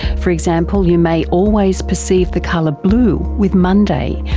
for example you may always perceive the colour blue with monday,